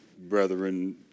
brethren